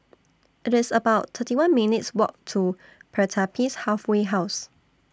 IT IS about thirty one minutes' Walk to Pertapis Halfway House